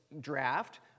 draft